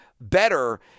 better